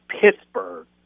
Pittsburgh